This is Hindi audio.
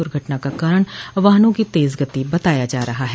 दुर्घटना का कारण वाहनों की तेज गति बताया जा रहा है